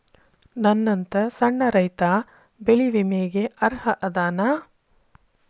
ನನ್ನಂತ ಸಣ್ಣ ರೈತಾ ಬೆಳಿ ವಿಮೆಗೆ ಅರ್ಹ ಅದನಾ?